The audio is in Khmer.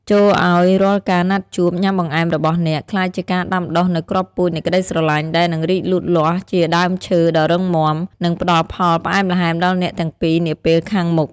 ចូរឱ្យរាល់ការណាត់ជួបញ៉ាំបង្អែមរបស់អ្នក ក្លាយជាការដាំដុះនូវគ្រាប់ពូជនៃក្ដីស្រឡាញ់ ដែលនឹងរីកលូតលាស់ជាដើមឈើដ៏រឹងមាំ និងផ្ដល់ផលផ្អែមល្ហែមដល់អ្នកទាំងពីរនាពេលខាងមុខ។